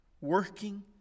working